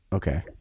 Okay